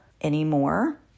anymore